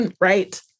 Right